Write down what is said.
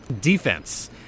defense